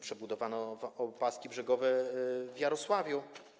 Przebudowa opaski brzegowej w Jarosławcu.